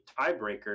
tiebreaker